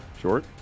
Short